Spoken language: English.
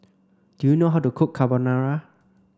do you know how to cook Carbonara